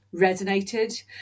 resonated